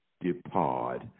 depart